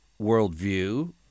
worldview